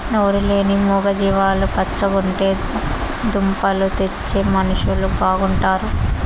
నోరు లేని మూగ జీవాలు పచ్చగుంటే దుంపలు తెచ్చే మనుషులు బాగుంటారు